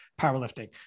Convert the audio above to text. powerlifting